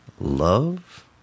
love